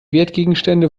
wertgegenstände